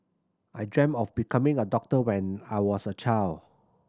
I dreamt of becoming a doctor when I was a child